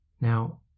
Now